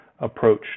approach